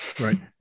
right